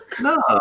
No